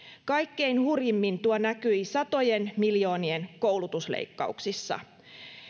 kaikkein hurjimmin tuo näkyi satojen miljoonien koulutusleikkauksissa